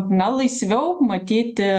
na laisviau matyti